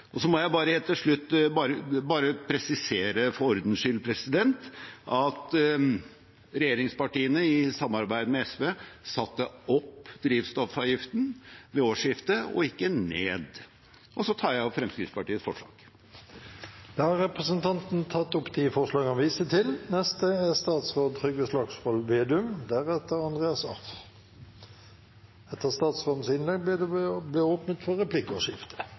Så må jeg helt til slutt presisere for ordens skyld at regjeringspartiene i samarbeid med SV satte opp drivstoffavgiften ved årsskiftet og ikke ned. Så tar jeg opp Fremskrittspartiets forslag. Representanten Hans Andreas Limi har tatt opp de forslag han viste til. Det som er noe av den virkelig store kvaliteten med det norske systemet, er at vi har ansvarlige parter som klarer å finne løsninger både når det